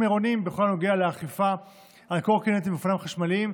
העירוניים בכל הנוגע לאכיפה על הקורקינטים והאופניים החשמליים,